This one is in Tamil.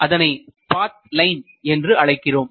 அதனை பாத் லைன் என்று அழைக்கிறோம்